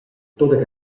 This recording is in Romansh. tut